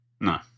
No